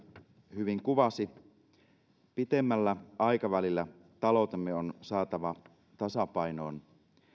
hyvin kuvasi pidemmällä aikavälillä taloutemme on saatava tasapainoon